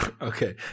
Okay